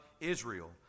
Israel